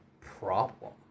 problem